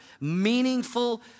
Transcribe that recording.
Meaningful